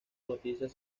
noticias